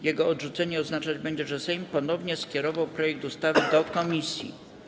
Jego odrzucenie oznaczać będzie, że Sejm ponownie skierował projekt ustawy do komisji.